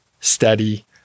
steady